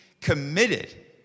committed